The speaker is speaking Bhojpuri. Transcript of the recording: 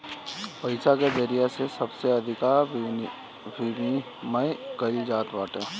पईसा के जरिया से सबसे अधिका विमिमय कईल जात बाटे